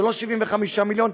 זה לא 75 מיליון,